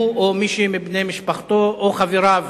הוא או מישהו מבני משפחתו או חבריו,